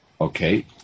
Okay